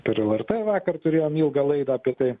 per lrt vakar turėjom ilgą laidą apie tai